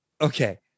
okay